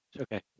okay